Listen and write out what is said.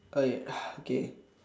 okay uh okay